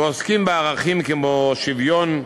ועוסקים בערכים כמו שוויון,